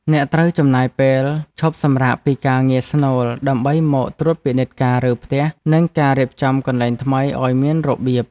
អ្នកត្រូវចំណាយពេលឈប់សម្រាកពីការងារស្នូលដើម្បីមកត្រួតពិនិត្យការរើផ្ទះនិងការរៀបចំកន្លែងថ្មីឱ្យមានរបៀប។